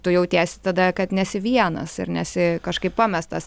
tu jautiesi tada kad nesi vienas ir nesi kažkaip pamestas